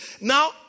Now